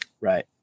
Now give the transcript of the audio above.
Right